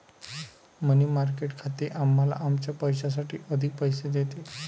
मनी market खाते आम्हाला आमच्या पैशासाठी अधिक पैसे देते